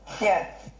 Yes